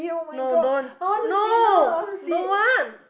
no don't no don't want